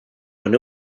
when